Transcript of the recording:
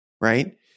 right